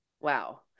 Wow